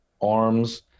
arms